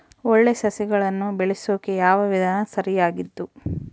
ಒಳ್ಳೆ ಸಸಿಗಳನ್ನು ಬೆಳೆಸೊಕೆ ಯಾವ ವಿಧಾನ ಸರಿಯಾಗಿದ್ದು?